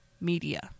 media